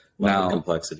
Now